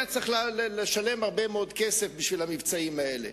היה צריך לשלם הרבה מאוד כסף בשביל המבצעים האלה.